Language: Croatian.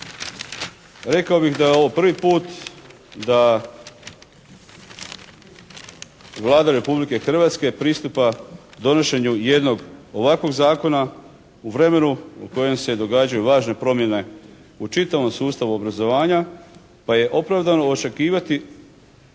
rekao bih da je ovo prvi put da Vlada Republike Hrvatske pristupa donošenju jednog ovakvog Zakona u vremenu u kojem se događaju važne promjene u čitavom sustavu obrazovanja pa je opravdano očekivati,